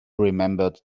remembered